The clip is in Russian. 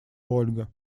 ольга